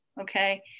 okay